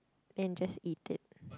and just eat it